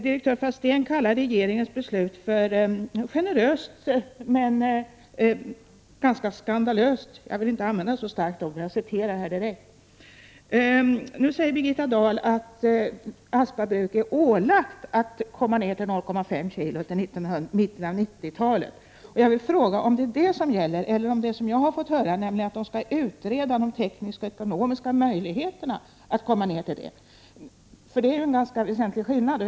Direktör Fastén kallar regeringens beslut generöst men ganska skandalöst — jag vill själv inte använda så starka ord, men jag citerar honom direkt. Nu säger Birgitta Dahl att Aspa bruk är ålagt att komma ned till 0,5 kg till mitten av 1990-talet. Jag vill fråga om det som gäller är detta eller det jag fått höra om att de skall utreda de tekniska och ekonomiska möjligheterna att komma ned till den utsläppsnivån. Det är ju en ganska väsentlig skillnad.